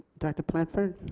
director blanford.